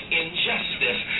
injustice